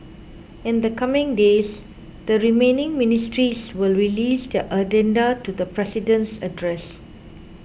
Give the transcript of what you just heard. in the coming days the remaining ministries will release their addenda to the President's address